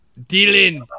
Dylan